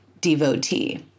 devotee